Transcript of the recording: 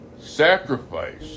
sacrifice